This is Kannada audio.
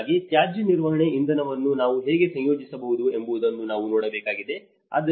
ಹಾಗಾಗಿ ತ್ಯಾಜ್ಯ ನಿರ್ವಹಣೆ ಇಂಧನವನ್ನು ನಾವು ಹೇಗೆ ಸಂಯೋಜಿಸಬಹುದು ಎಂಬುದನ್ನು ನಾವು ನೋಡಬೇಕಾಗಿದೆ